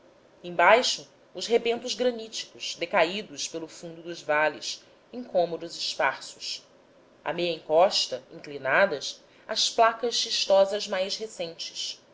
embaixo os rebentos graníticos decaídos pelo fundo dos vales em cômoros esparsos à meia encosta inclinadas as placas xistosas mais recentes